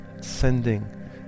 sending